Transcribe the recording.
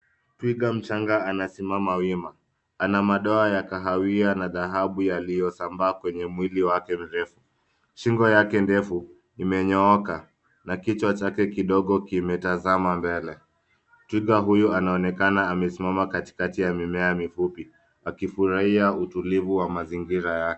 Twiga mchanga anasimama wima. Ana madoa ya kahawia na dhahabu yaliyosambaa kwenye mwili wake mrefu. Shingo yake ndefu imenyooka na kichwa chake kidogo kimetazama mbele. Twiga huyu anaonekana amesimama katikati ya mimea mifupi akifurahia utulivu wa mazingira yake.